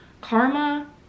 karma